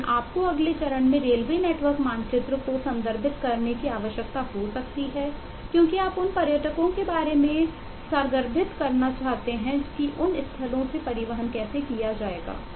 लेकिन आपको अगले चरण में रेलवे नेटवर्क मानचित्र को संदर्भित करने की आवश्यकता हो सकती है क्योंकि आप उन पर्यटकों के बारे में सारगर्भित करना चाहते हैं कि उन स्थानों से परिवहन कैसे किया जाएगा